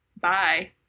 Bye